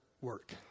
work